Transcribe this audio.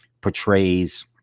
Portrays